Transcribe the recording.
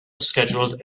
scheduled